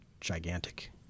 gigantic